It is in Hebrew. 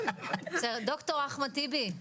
ד"ר אחמד טיבי,